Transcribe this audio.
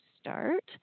start